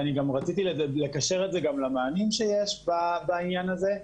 אני רציתי לקשר את זה גם למענים שיש בעניין הזה.